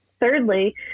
thirdly